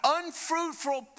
unfruitful